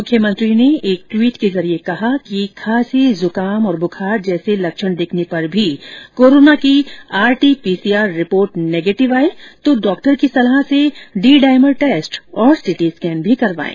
मुख्यमंत्री ने एक ट्वीट के जरिये कहा कि खांसी जुकाम और बुखार जैसे लक्षण दिखने पर भी कोरोना की आरटी पीसीआर रिपोर्ट नेगेटिव आए तो डॉक्टर की सलाह से डी डाइमर टेस्ट और सीटी स्कैन भी करवाएं